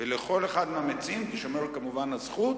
ולכל אחד מהמציעים תישמר כמובן הזכות